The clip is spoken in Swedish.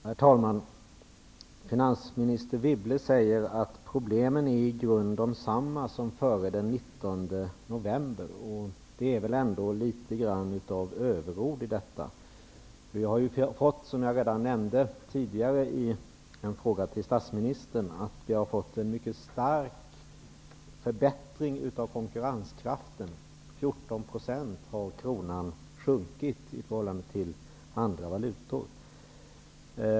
Herr talman! Finansminister Wibble säger att problemen i grunden är desamma som före den 19 november. Det är väl ändå litet överord. Som jag redan tidigare nämnde i en fråga till statsministern har vi fått en mycket stark förbättring av konkurrenskraften. Kronan har sjunkit 14 % i förhållande till andra valutor.